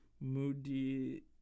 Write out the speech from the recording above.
Moody